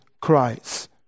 Christ